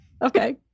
Okay